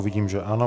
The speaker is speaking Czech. Vidím, že ano.